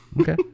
Okay